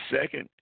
second